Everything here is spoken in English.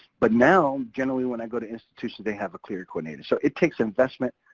but now generally when i go to institutions they have a clery coordinator. so it takes investment,